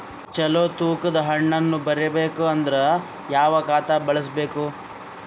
ಚಲೋ ತೂಕ ದ ಹಣ್ಣನ್ನು ಬರಬೇಕು ಅಂದರ ಯಾವ ಖಾತಾ ಬಳಸಬೇಕು?